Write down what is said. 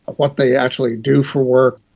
what they actually do for work,